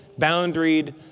boundaried